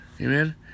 Amen